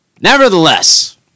Nevertheless